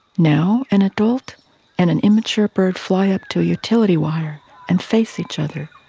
now an adult and an immature bird fly up to a utility wire and face each other,